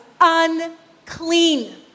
unclean